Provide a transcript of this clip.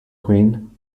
queen